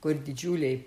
kur didžiuliai